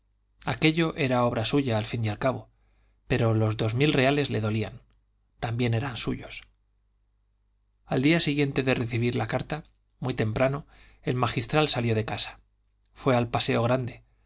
aquello era obra suya al fin y al cabo pero los dos mil reales le dolían también eran suyos al día siguiente de recibir la carta muy temprano el magistral salió de casa fue al paseo grande